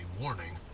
warning